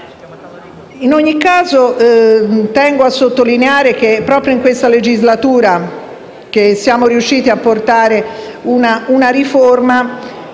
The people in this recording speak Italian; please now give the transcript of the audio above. In ogni caso, tengo a sottolineare che è proprio in questa legislatura che siamo riusciti a varare una riforma